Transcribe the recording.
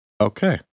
Okay